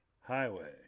Highway